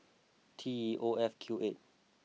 T E O F Q eight